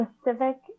specific